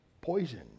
poison